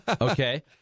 Okay